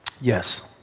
Yes